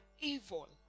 evil